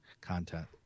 content